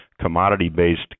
commodity-based